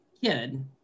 kid